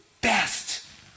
best